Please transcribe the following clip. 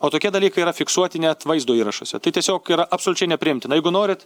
o tokie dalykai yra fiksuoti net vaizdo įrašuose tai tiesiog yra absoliučiai nepriimtina jeigu norit